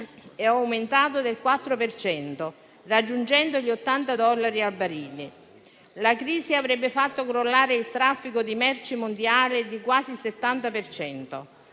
è aumentato del 4 per cento, raggiungendo gli 80 dollari al barile. La crisi avrebbe fatto crollare il traffico di merci mondiale di quasi il